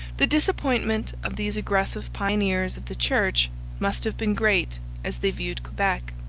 the disappointment of these aggressive pioneers of the church must have been great as they viewed quebec.